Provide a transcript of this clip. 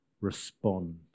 respond